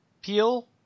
Peel